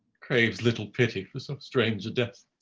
craves little pity for so strange a death!